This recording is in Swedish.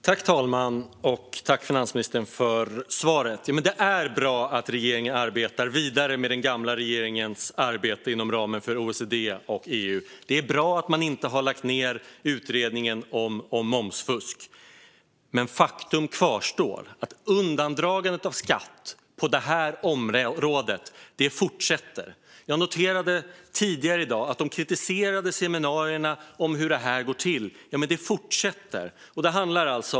Fru talman! Tack, finansministern, för svaret! Det är bra att regeringen arbetar vidare med den gamla regeringens arbete inom ramen för OECD och EU. Det är bra att man inte har lagt ned utredningen om momsfusk, men faktum kvarstår: Undandragandet av skatt på detta område fortsätter. Jag noterade tidigare i dag att de kritiserade seminarierna om hur detta går till fortsätter.